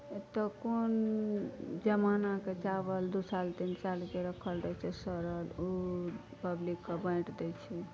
ओत्तऽ कोन जमानाके चावल देखाएल तऽ निकालिके रखल रहैत छै सड़ल ओ पब्लिक कऽ बाँटि दै छै